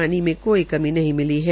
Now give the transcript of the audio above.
पानी में कोई कमी नहीं मिली है